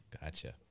Gotcha